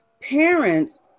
parents